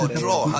draw